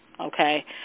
okay